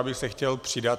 Já bych se chtěl přidat.